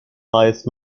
highest